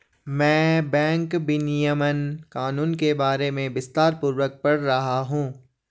मैं बैंक विनियमन कानून के बारे में विस्तारपूर्वक पढ़ रहा हूं